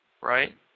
right